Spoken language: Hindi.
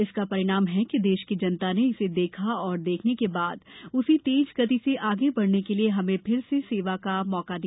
इसका परिणाम है कि देश की जनता ने इसे देखा और देखने के बाद उसी तेज गति से आगे बढ़ने के लिए हमें फिर से सेवा का मौका दिया